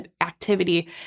activity